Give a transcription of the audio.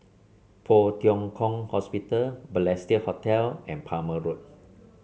Poh Tiong Kiong Hospital Balestier Hotel and Palmer Road